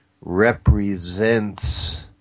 represents